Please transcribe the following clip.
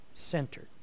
centered